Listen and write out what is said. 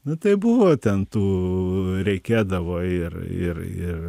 nu tai buvo ten tų reikėdavo ir ir ir